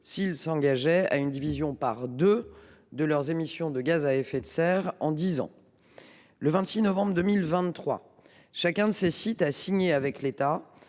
ci s’engagent à diviser par deux leurs émissions de gaz à effet de serre en dix ans. Le 26 novembre 2023, chacun de ces sites a signé avec l’État